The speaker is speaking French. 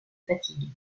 fatigue